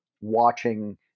watching